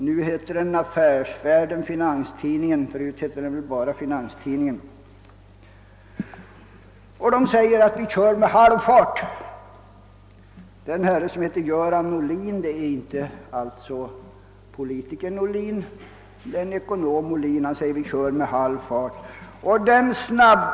Nu heter den Affärsvärlden-Finanstidningen, förut hette den bara Finanstidningen. Där sägs det att »vi kör med halv fart». Det är en herre som heter Göran Ohlin — det är alltså inte politikern Ohlin, utan det är en annan ekonom Ohlin — som säger detta.